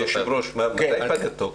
היושב-ראש, מתי פג התוקף?